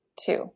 two